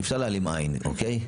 אי אפשר להעלים עין, אוקיי?